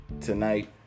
tonight